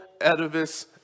edifice